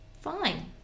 Fine